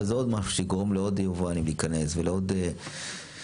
אבל זה עוד משהו שיגרום לעוד יבואנים להיכנס ולעוד משווקים.